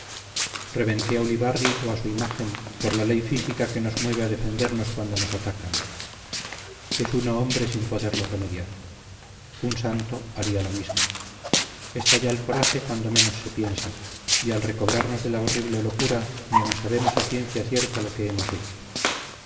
reventé a ulibarri o a su imagen por la ley física que nos mueve a defendernos cuando nos atacan es uno hombre sin poderlo remediar un santo haría lo mismo estalla el coraje cuando menos se piensa y al recobrarnos de la horrible locura ni aun sabemos a ciencia cierta lo que hemos hecho